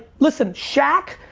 listen, shaq,